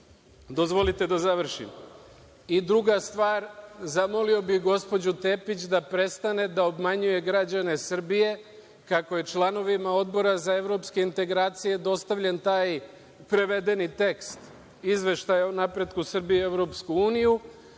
Dozvolite da završim. Druga stvar, zamolio bih gospođu Tepić da prestane da obmanjuje građane Srbije kako je članovima Odbora za evropske integracije dostavljen taj prevedeni tekst Izveštaja o napretku Srbije i da prestane